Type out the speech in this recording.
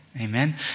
Amen